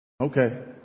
Okay